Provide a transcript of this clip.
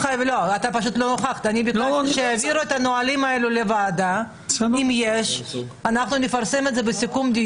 יוליה מלינובסקי (יו"ר ועדת מיזמי תשתית לאומיים מיוחדים ושירותי